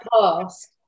past